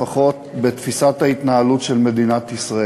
לפחות בתפיסת ההתנהלות של מדינת ישראל.